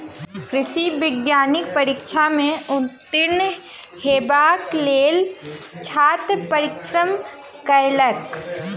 कृषि वैज्ञानिक परीक्षा में उत्तीर्ण हेबाक लेल छात्र परिश्रम कयलक